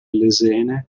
lesene